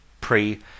pre